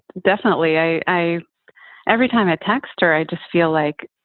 definitely. i i every time i texted her, i just feel like,